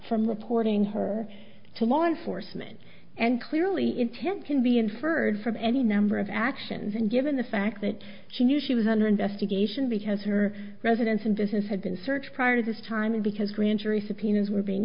from reporting her to law enforcement and clearly intent can be inferred from any number of actions and given the fact that she knew she was under investigation because her residence and business had been searched prior to this time and because grand jury subpoenas were being